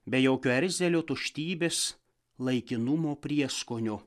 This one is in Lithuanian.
be jokio erzelio tuštybės laikinumo prieskonio